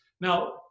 Now